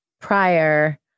prior